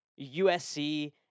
USC